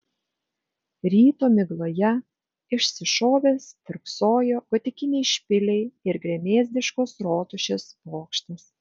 ryto migloje išsišovę stirksojo gotikiniai špiliai ir gremėzdiškos rotušės bokštas